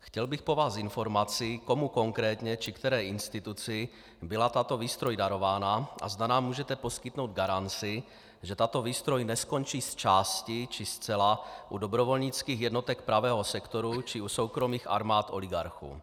Chtěl bych po vás informaci, komu konkrétně či které instituci byla tato výstroj darována a zda nám můžete poskytnout garanci, že tato výstroj neskončí zčásti či zcela u dobrovolnických jednotek Pravého sektoru či u soukromých armád oligarchů.